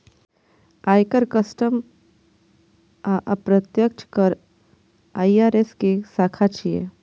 आयकर, कस्टम आ अप्रत्यक्ष कर आई.आर.एस के शाखा छियै